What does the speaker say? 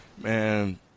Man